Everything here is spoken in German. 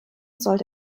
sollte